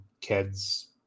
kids